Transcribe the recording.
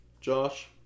Josh